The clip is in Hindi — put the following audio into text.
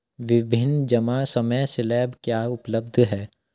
विभिन्न जमा समय स्लैब क्या उपलब्ध हैं?